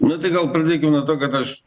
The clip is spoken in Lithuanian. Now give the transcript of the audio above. nu tai gal pradėkim nuo to kad aš